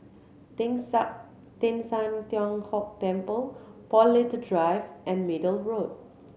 Teng San Teng San Tian Hock Temple Paul Little Drive and Middle Road